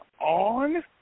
on